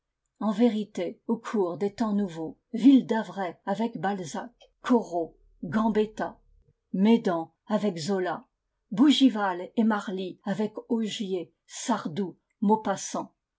en vérité au cours des temps nouveaux ville-d'avray avec balzac corot gambctta alédan avec zola bougival et marly avec augier sardou